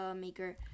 maker